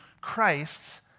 Christ's